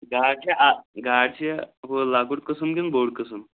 گاڈ چھےٚ اَ گاڈ چھےٚ ہُہ لۄکُٹ قٕسٕم کِنہٕ بوٚڑ قٕسٕم